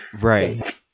Right